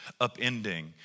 upending